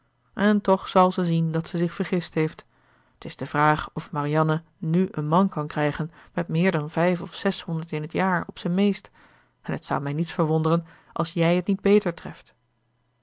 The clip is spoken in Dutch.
en toch zal ze zien dat ze zich vergist heeft t is de vraag of marianne nu een man kan krijgen met meer dan vijf of zeshonderd in t jaar op zijn meest en t zou mij niets verwonderen als jij het niet beter treft